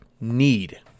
need